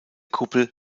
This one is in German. kuppel